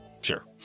Sure